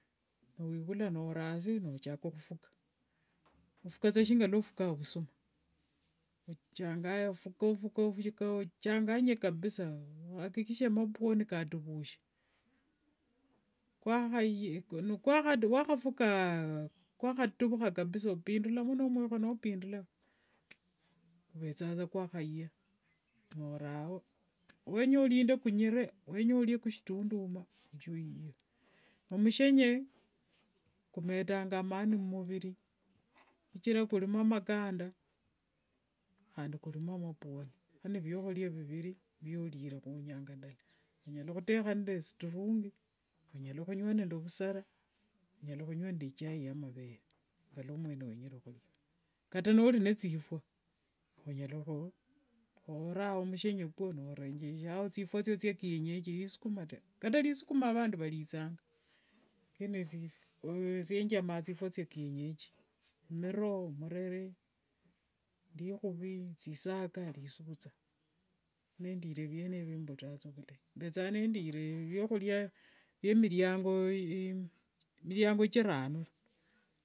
Wikhula norasi nochaka khufuka, ofukasa shinga luofukanga vusuma. Ochanga ofuka ofuka ochanganyie kabisa wakikisie mabwoni katuvushe. Wskhaya nikwakha wakhafuka, kwakhatuvukha kabisa nopindulamo nomwikho nopindulamo. Kuvethasa kwakhaya norao. Wenya olinende kunyire, wenya olie kushitunduma, shiwinya. Omushene kumetanga amani mumuviri, shichira kulimo makanda handi kulimo mapwoni, yani vwakhulia viviri violiliremo inyanga ndala. Onyala khutekha nende strungi, onyala khulia nende vusera, onyala khungua nende ichai yamavere ngalamwene wenyere khulia. Kata nolinathifua, onyala khurao mushene kwo norenjeshao thifua thio thia kienyeji lisukuma. Kata lisukuma handi valithanga lakini esie njamanga thifua thia kienyeji. Miro, mirere likhuvi, thisaka lisutha. Nendile vienevo, mbulirasa vulai. Mbethanga nendire vyakhulia viemiliango chirano.